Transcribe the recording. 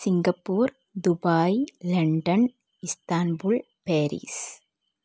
Singapore Dubai London Istanbul Paris